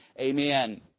Amen